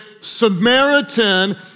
Samaritan